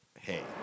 Hey